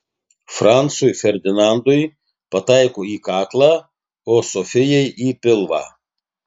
francui ferdinandui pataiko į kaklą o sofijai į pilvą